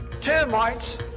Termites